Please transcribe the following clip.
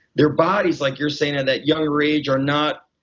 their body is like you're saying at that younger age are not,